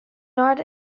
not